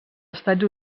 estats